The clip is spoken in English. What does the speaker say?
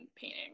painting